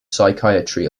psychiatry